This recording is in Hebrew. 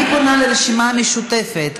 אני פונה לרשימה המשותפת,